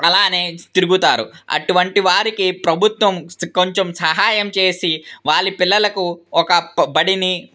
అలాగే తిరుగుతారు అటువంటి వారికి ప్రభుత్వం కొంచెం సహాయం చేసి వాళ్ళ పిల్లలకు ఒక బడిని